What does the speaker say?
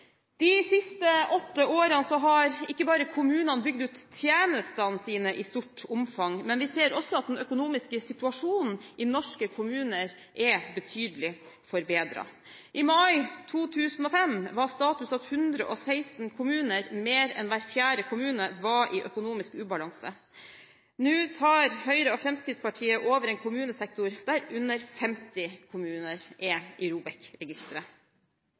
i stort omfang, men vi ser også at den økonomiske situasjonen i norske kommuner er betydelig forbedret. I mai 2005 var status at 116 kommuner – mer enn hver fjerde kommune – var i økonomisk ubalanse. Nå tar Høyre og Fremskrittspartiet over en kommunesektor der under 50 kommuner er i